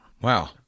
Wow